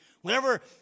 Whenever